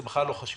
זה בכלל לא חשוב